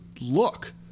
look